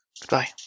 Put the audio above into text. Goodbye